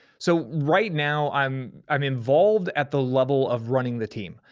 so right now, i'm i'm involved at the level of running the team.